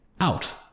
out